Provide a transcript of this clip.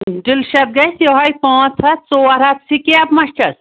delicious گژھِ یِہوٚے پانٛژھ ہَتھ ژور ہَتھ سِکیپ ما چھَس